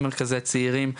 עם מרכזי צעירים.